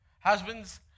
husbands